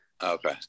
Okay